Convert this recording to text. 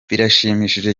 birashimishije